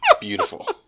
Beautiful